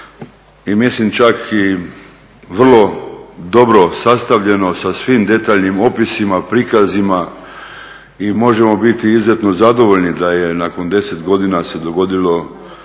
i mislim čak i vrlo dobro sastavljeno sa svim detaljnim opisima, prikazima i možemo biti izuzetno zadovoljni da je nakon 10 godina se dogodilo